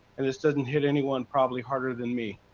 and this does not hit anyone probably harder than me.